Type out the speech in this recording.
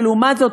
ולעומת זאת,